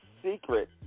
secret